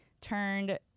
Turned